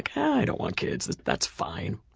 i don't want kids, that's fine.